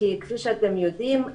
כי כפי שאתם יודעים,